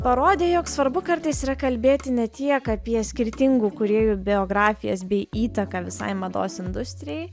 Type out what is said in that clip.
parodė jog svarbu kartais yra kalbėti ne tiek apie skirtingų kūrėjų biografijas bei įtaką visai mados industrijai